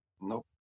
nope